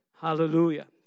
Hallelujah